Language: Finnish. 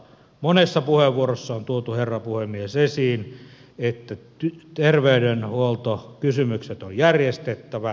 monessa puheenvuorossa on tuotu herra puhemies esiin että terveydenhuoltokysymykset on järjestettävä